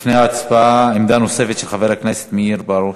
לפני ההצבעה, עמדה נוספת של חבר הכנסת מאיר פרוש.